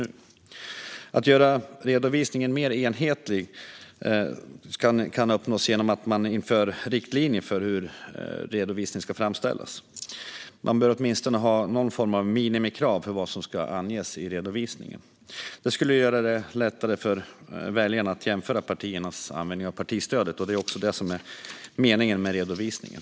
En mer enhetlig redovisning kan uppnås genom att man inför riktlinjer för hur redovisningen ska göras. Man bör åtminstone ha någon form av minimikrav för vad som ska anges i redovisningen. Det skulle göra det lättare för väljarna att jämföra partiernas användning av partistödet. Det är också det som är meningen med redovisningen.